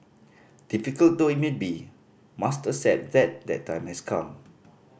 difficult though it may be must accept that that time has come